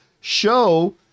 show